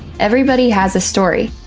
everybody has a story.